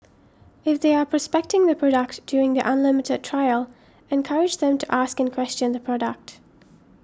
if they are prospecting the product during the unlimited trial encourage them to ask and question the product